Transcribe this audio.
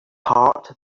heart